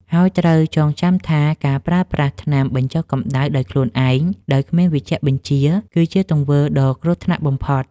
ហើយត្រូវចងចាំថាការប្រើប្រាស់ថ្នាំបញ្ចុះកម្ដៅដោយខ្លួនឯងដោយគ្មានវេជ្ជបញ្ជា គឺជាទង្វើដ៏គ្រោះថ្នាក់បំផុត។